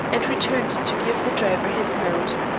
and returned to give the driver his note.